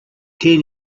ten